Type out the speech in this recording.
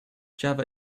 java